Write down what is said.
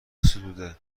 ستوده